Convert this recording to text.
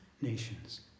nations